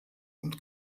und